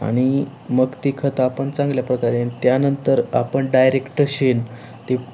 आणि मग ती खतं आपण चांगल्या प्रकारे त्यानंतर आपण डायरेक्ट शेण ती